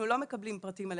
אנחנו לא מקבלים פרטים.